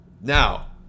Now